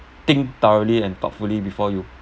think thoroughly and thoughtfully before you